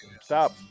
Stop